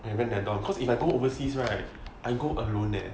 can rent their dorm cause overseas right I go alone leh